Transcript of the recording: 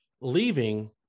leaving